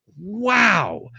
wow